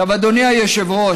אדוני היושב-ראש,